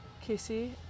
Casey